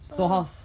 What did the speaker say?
oh